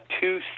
two